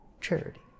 charity